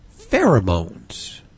pheromones